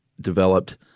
developed